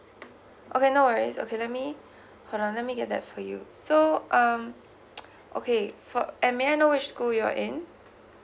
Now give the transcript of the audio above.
okay no worries okay let me hold on let me get that for you so um okay for may I know which school you're in